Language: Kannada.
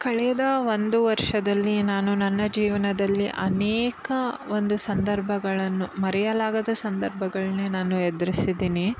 ಕಳೆದ ಒಂದು ವರ್ಷದಲ್ಲಿ ನಾನು ನನ್ನ ಜೀವನದಲ್ಲಿ ಅನೇಕ ಒಂದು ಸಂದರ್ಭಗಳನ್ನು ಮರೆಯಲಾಗದ ಸಂದರ್ಭಗಳನ್ನೇ ನಾನು ಎದ್ರಿಸಿದ್ದೀನಿ